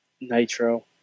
Nitro